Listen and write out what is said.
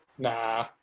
Nah